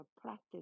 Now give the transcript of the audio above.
practice